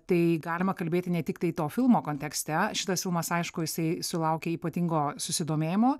tai galima kalbėti ne tiktai to filmo kontekste šitas filmas aišku jisai sulaukė ypatingo susidomėjimo